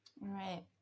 right